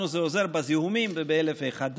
לנו זה עוזר בזיהומים ובאלף ואחד דברים.